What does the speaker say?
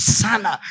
sana